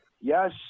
Yes